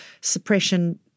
suppression